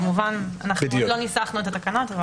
עוד לא ניסחנו את התקנות.